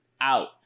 out